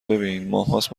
ببین، ماههاست